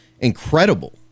incredible